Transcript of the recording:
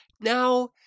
Now